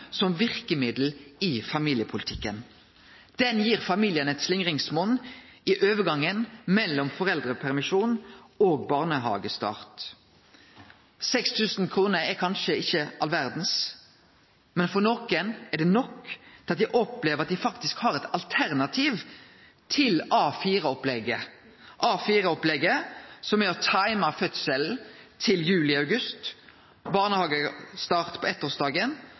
som verkemiddel i familiepolitikken. Ho gjev familien ein slingringsmon i overgangen mellom foreldrepermisjon og barnehagestart. 6 000 kr er kanskje ikkje all verda, men for nokre er det nok til at dei opplever at dei faktisk har eit alternativ til A4-opplegget, A4-opplegget som er å taime fødselen til juli–august, barnehagestart på eittårsdagen